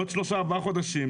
בעוד שלושה ארבעה חודשים,